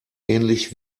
ähnlich